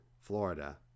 florida